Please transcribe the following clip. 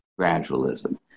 gradualism